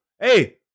hey